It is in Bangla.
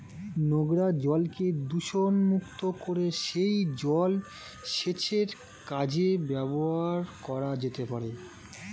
নোংরা জলকে দূষণমুক্ত করে সেই জল সেচের কাজে ব্যবহার করা যেতে পারে